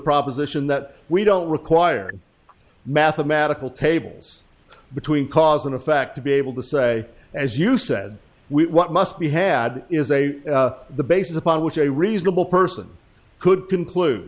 proposition that we don't require mathematical tables between cause and effect to be able to say as you said we what must be had is a the basis upon which a reasonable person could conclude